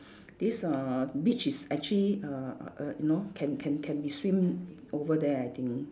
this uh beach is actually uh uh uh you know can can can be swim over there I think